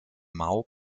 mao